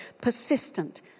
persistent